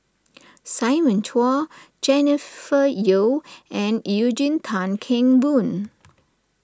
Simon Chua Jennifer Yeo and Eugene Tan Kheng Boon